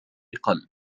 قلب